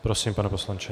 Prosím, pane poslanče.